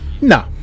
No